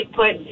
put